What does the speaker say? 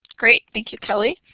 great, thank you, kelly.